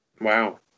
Wow